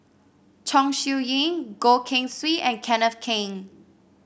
Chong Siew Ying Goh Keng Swee and Kenneth Keng